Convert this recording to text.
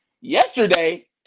yesterday